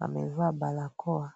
wamevaa barakoa.